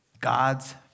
God's